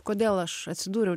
kodėl aš atsidūriau